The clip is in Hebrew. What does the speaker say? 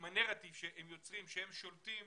הנרטיב שהם יוצרים, שהם שולטים,